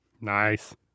Nice